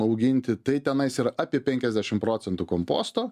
auginti tai tenais yra apie penkiasdešim procentų komposto